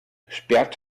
sperrt